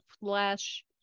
flesh